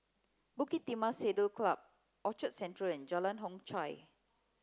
Bukit Timah Saddle club Orchard Central and Jalan Hock Chye